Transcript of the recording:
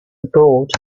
abroad